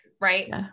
right